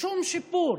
שום שיפור.